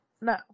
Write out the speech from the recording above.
No